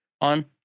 on